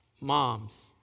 moms